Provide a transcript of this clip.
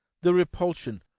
the repulsion,